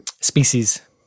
species